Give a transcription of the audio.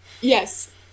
Yes